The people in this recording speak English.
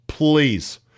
Please